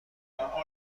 قهرمان